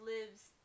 lives